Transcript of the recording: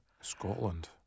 Scotland